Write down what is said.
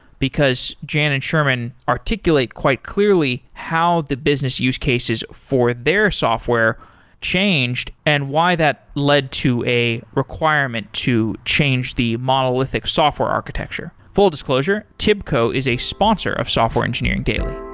because jan and sherman articulate quite clearly how the business use cases for their software changed and why that led to a requirement to change the monolithic software architecture full disclosure, tibco is a sponsor of software engineering daily